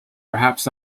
perhaps